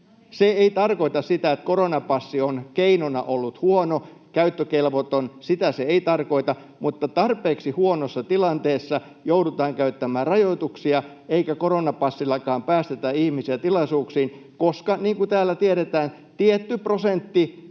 Se ei tarkoita sitä, että koronapassi on keinona ollut huono, käyttökelvoton, sitä se ei tarkoita, mutta tarpeeksi huonossa tilanteessa joudutaan käyttämään rajoituksia, eikä koronapassillakaan päästetä ihmisiä tilaisuuksiin, koska — niin kuin täällä tiedetään — tietty prosentti